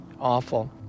awful